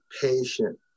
patient